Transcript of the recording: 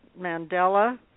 Mandela